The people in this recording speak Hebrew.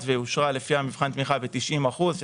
ואושרה לפי מבחן התמיכה בתשעים אחוזים,